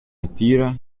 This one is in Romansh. natira